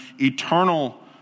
eternal